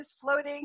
floating